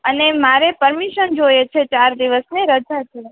અને મારે પરમિશન જોઈએ છે ચાર દીવસની રજા છે